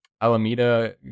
Alameda